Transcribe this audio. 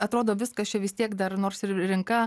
atrodo viskas čia vis tiek dar nors rinka